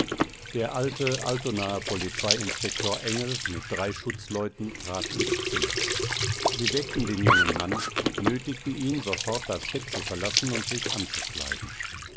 der alte altonaer polizeiinspektor engel mit drei schutzleuten trat ins zimmer sie weckten den jungen mann nötigten ihn sofort das bett zu verlassen und sich anzukleiden